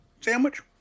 sandwich